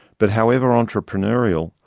but, however entrepreneurial,